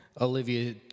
Olivia